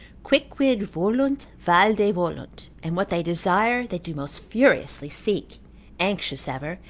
quicquid volunt valde volunt and what they desire, they do most furiously seek anxious ever,